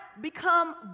become